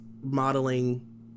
modeling